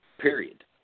period